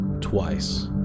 twice